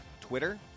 Twitter